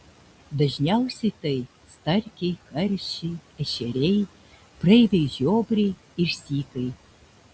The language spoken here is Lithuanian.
dažniausiai tai starkiai karšiai ešeriai praeiviai žiobriai ir sykai